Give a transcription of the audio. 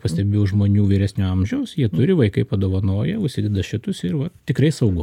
pastebiu žmonių vyresnio amžiaus jie turi vaikai padovanoja užsideda šitus ir va tikrai saugu